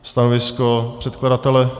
Stanovisko předkladatele?